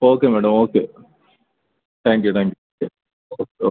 okay madam okay thank you thank you